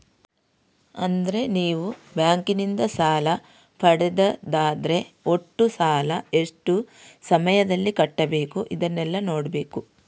ಅಂದ್ರೆ ನೀವು ಬ್ಯಾಂಕಿನಿಂದ ಸಾಲ ಪಡೆದದ್ದಾದ್ರೆ ಒಟ್ಟು ಸಾಲ, ಎಷ್ಟು ಸಮಯದಲ್ಲಿ ಕಟ್ಬೇಕು ಇದನ್ನೆಲ್ಲಾ ನೋಡ್ಬೇಕು